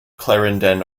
clarendon